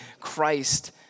Christ